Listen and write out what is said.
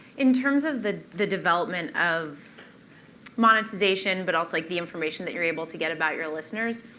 in terms of the the development of monetization, but also like the information that you're able to get about your listeners,